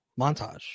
montage